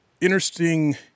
Interesting